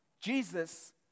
Jesus